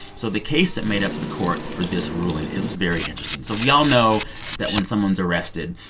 so the case that made it up to the court for this ruling, it was very interesting. so we all know that when someone's arrested,